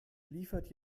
liefert